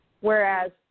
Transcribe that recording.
Whereas